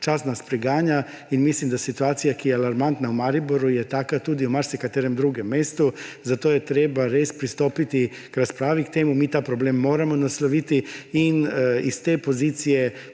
čas nas preganja in mislim, da situacija, ki je alarmantna v Mariboru, je taka tudi v marsikaterem drugem mestu. Zato je treba res pristopiti k razpravi o tem, mi ta problem moramo nasloviti in iz te pozicije